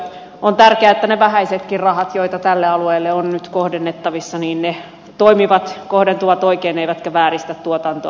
on tärkeää että ne vähäisetkin rahat joita tälle alueelle on nyt kohdennettavissa toimivat kohdentuvat oikein eivätkä vääristä tuotantoa